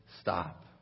stop